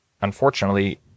unfortunately